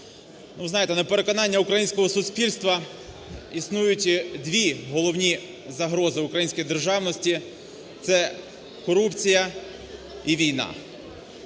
Ви знаєте, на переконання українського суспільства існують дві головні загрози української державності – це корупція і війна.